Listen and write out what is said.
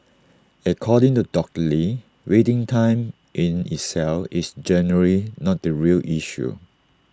according to doctor lee waiting time in itself is generally not the real issue